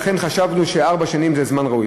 לכן חשבנו שארבע שנים זה זמן ראוי.